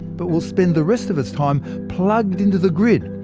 but will spend the rest of its time plugged into the grid,